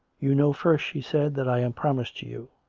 you know first, she said, that i am promised to you.